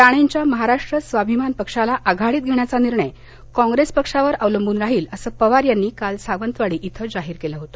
राणेंच्या महाराष्ट्र स्वाभिमान पक्षाला आघाडीत घेण्याचा निर्णय काँग्रेस पक्षावर अवलंबून राहील असं पवार यांनी काल सावंतवाडी इथं जाहीर केलं होत